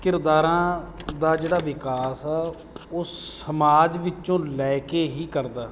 ਕਿਰਦਾਰਾਂ ਦਾ ਜਿਹੜਾ ਵਿਕਾਸ ਆ ਉਹ ਸਮਾਜ ਵਿੱਚੋਂ ਲੈ ਕੇ ਹੀ ਕਰਦਾ